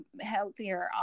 healthier